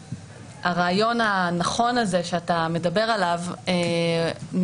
הרעיון הנכון הזה שאתה מדבר עליו נבחן